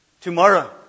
Tomorrow